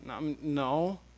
No